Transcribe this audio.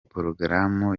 porogaramu